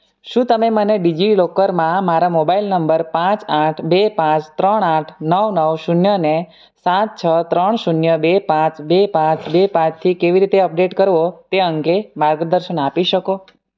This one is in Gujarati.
શું તમે મને ડિજિલોકરમાં મારા મોબાઇલ નંબર પાંચ આઠ બે પાંચ ત્રણ આઠ નવ નવ શૂન્ય ને સાત છ ત્રણ શૂન્ય બે પાંચ બે પાંચ બે પાંચથી કેવી રીતે અપડેટ કરવો તે અંગે માર્ગદર્શન આપી શકો